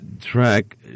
track